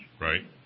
Right